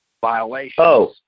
violations